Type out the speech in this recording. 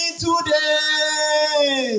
today